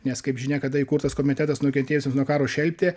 nes kaip žinia kada įkurtas komitetas nukentėjusiems nuo karo šelpti